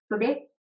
today